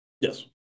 Yes